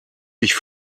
ich